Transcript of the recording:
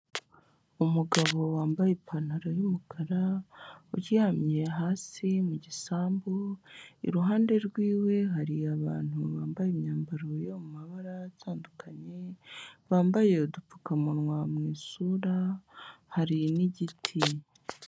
Umugabo wambaye ipantaro y'umukara uryamye hasi mu gisambu iruhande rwiwe hari abantu bambaye imyambaro yo mu mabara atandukanye bambaye udupfukamunwa mu isura hari n'igiti.